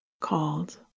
called